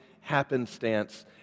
happenstance